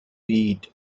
eat